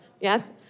yes